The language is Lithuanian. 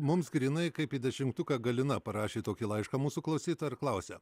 mums grynai kaip į dešimtuką galina parašė tokį laišką mūsų klausytoja ir klausia